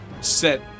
set